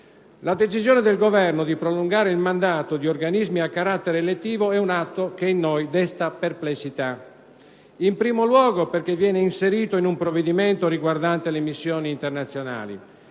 La decisione del Governo di prolungare il mandato di organismi a carattere elettivo è un atto che in noi desta perplessità: in primo luogo, perché viene inserito in un provvedimento riguardante le missioni internazionali;